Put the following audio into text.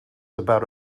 about